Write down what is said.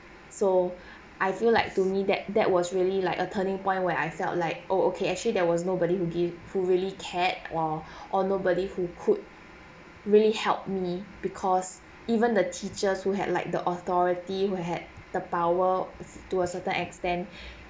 so I feel like to me that that was really like a turning point where I felt like oh okay actually there was nobody who give who really cared oh or nobody who could really helped me because even the teachers who had like the authority will had the power to a certain extent